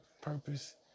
purpose